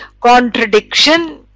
contradiction